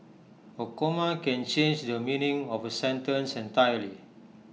A comma can change the meaning of A sentence entirely